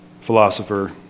philosopher